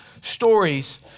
stories